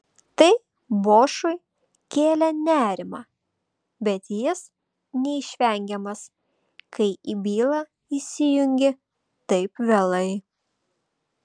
tai bošui kėlė nerimą bet jis neišvengiamas kai į bylą įsijungi taip vėlai